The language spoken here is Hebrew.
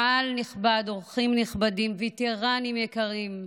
קהל נכבד, אורחים נכבדים, וטרנים יקרים,